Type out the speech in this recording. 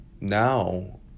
Now